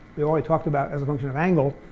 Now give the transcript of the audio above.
we always talked about as a function of angle,